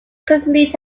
continued